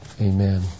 amen